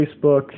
Facebook